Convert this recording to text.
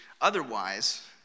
otherwise